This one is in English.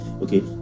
Okay